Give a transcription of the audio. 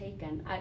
taken